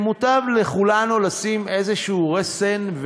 מוטב לכולנו לשים איזשהו רסן,